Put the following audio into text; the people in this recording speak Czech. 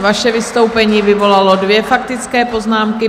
Vaše vystoupení vyvolalo dvě faktické poznámky.